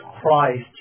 Christ